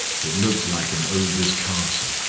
it looked like an ogre's castle.